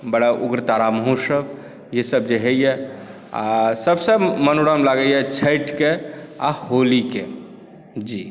बड़ा उग्रतारा महोत्सव ईसभ जे होइया आ सभसे मनोरम लागैया छठिक आ होलीक जी